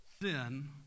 sin